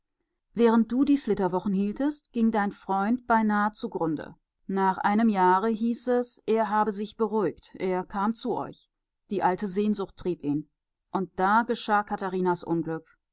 während du die flitterwochen hieltest ging dein freund beinahe zugrunde nach einem jahre hieß es er habe sich beruhigt er kam zu euch die alte sehnsucht trieb ihn und da geschah katharinas unglück